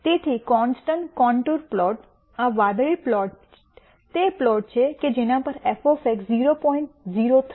તેથી constant contour plot આ વાદળી પ્લોટ તે પ્લોટ છે કે જેના પર f 0